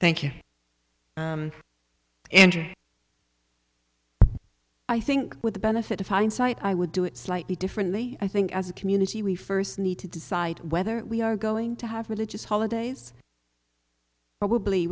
thank you andrew i think with the benefit of hindsight i would do it slightly differently i think as a community we first need to decide whether we are going to have religious holidays probably